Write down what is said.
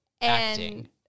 Acting